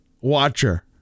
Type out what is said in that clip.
watcher